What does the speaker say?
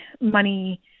money